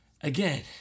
again